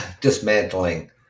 dismantling